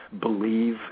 believe